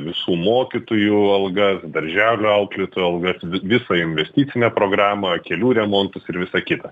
visų mokytojų algas darželių auklėtojų algas vi visą investicinę programą kelių remontus ir visa kita